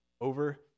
over